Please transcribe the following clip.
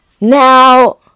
Now